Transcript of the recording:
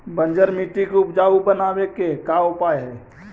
बंजर मट्टी के उपजाऊ बनाबे के का उपाय है?